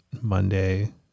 Monday